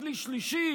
מכלי שלישי?